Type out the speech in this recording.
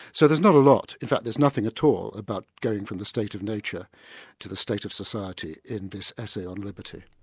so there's not a lot, in fact there's nothing at all about going from the state of nature to the state of society in this essay on liberty.